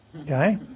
okay